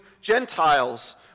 Gentiles